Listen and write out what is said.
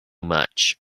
much